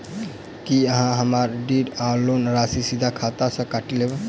की अहाँ हम्मर ऋण वा लोन राशि सीधा खाता सँ काटि लेबऽ?